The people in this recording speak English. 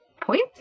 point